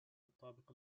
الطابق